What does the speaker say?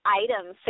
items